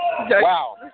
Wow